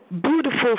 beautiful